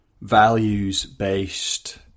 values-based